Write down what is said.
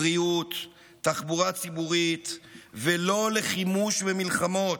לבריאות, לתחבורה ציבורית, ולא לחימוש ומלחמות,